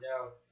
out